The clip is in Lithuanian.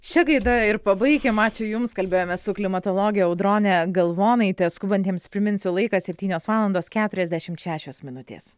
šia gaida ir pabaikim ačiū jums kalbėjome su klimatologe audrone galvonaite skubantiems priminsiu laikas septynios valandos keturiasdešimt šešios minutės